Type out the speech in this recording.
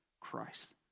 Christ